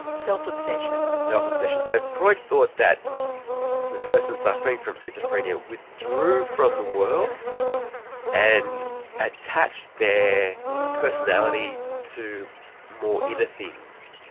self obsession. self obsession. so freud thought that the person suffering from schizophrenia withdrew from the world and attached their personality to more inner things.